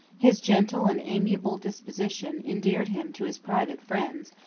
his gentle and amiable disposition endeared him to his private friends,